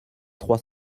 trois